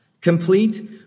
complete